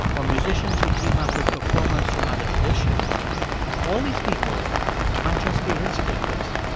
or musicians who team up with performers from other traditions all these people might just be risk takers.